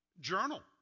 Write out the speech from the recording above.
Journal